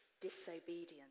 disobedience